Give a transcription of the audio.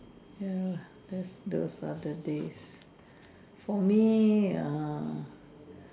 ya lah that's those Saturdays for me err